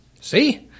See